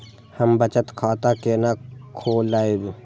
हम बचत खाता केना खोलैब?